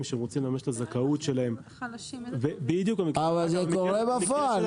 שרוצים לממש את הזכאות שלהם -- אבל זה קורה בפועל,